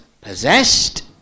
possessed